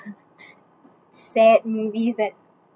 sad movies that